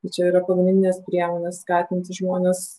tai čia yra pagrindinės priemonės skatinti žmones